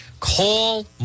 Call